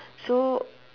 so